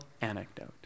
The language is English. anecdote